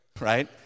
right